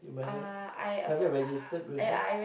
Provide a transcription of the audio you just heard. uh I applied uh yeah I